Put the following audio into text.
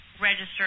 register